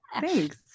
thanks